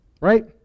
right